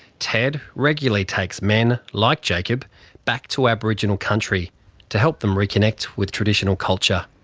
ted regularly takes men like jacob back to aboriginal country to help them reconnect with traditional culture.